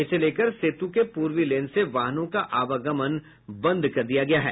इसे लेकर सेतु के पूर्वी लेन से वाहनों का आवागमन बंद कर दिया गया है